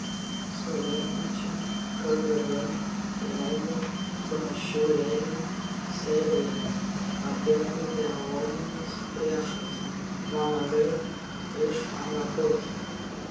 sovietmečiu kgb leido brošiūrėlių seriją apie ideologinius priešus vanagai iš anapus